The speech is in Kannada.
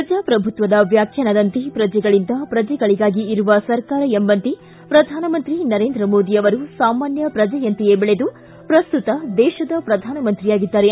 ಪ್ರಜಾಪ್ರಭುತ್ವದ ವ್ಯಾಖ್ಯಾನದಂತೆ ಪ್ರಜೆಗಳಿಂದ ಪ್ರಜೆಗಳಿಗಾಗಿ ಇರುವ ಸರ್ಕಾರ ಎಂಬಂತೆ ಪ್ರಧಾನಮಂತ್ರಿ ನರೇಂದ್ರ ಮೋದಿ ಅವರು ಸಾಮಾನ್ಯ ಪ್ರಜೆಯಂತೆಯೇ ಬೆಳೆದು ಪ್ರಸ್ತುತ ದೇಶದ ಪ್ರಧಾನ ಮಂತ್ರಿಯಾಗಿದ್ದಾರೆ